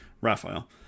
Raphael